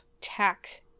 Tax